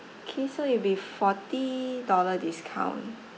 K so it'll be forty dollar discount